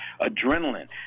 Adrenaline